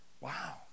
Wow